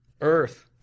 earth